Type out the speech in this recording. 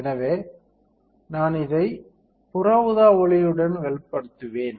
எனவே நான் இதை புற ஊதா ஒளியுடன் வெளிப்படுத்துவேன்